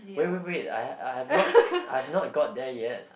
wait wait wait I have I have not I have not got there yet